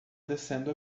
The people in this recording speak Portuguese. descendo